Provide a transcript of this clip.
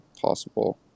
possible